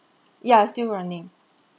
ya still running